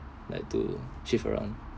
like to shift around